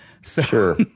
Sure